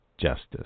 justice